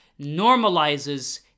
normalizes